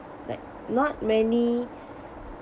like not many